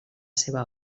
seva